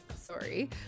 sorry